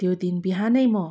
त्यो दिन बिहानै म